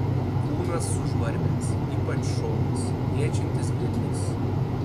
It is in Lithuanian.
kūnas sužvarbęs ypač šonas liečiantis grindis